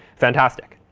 fantastic.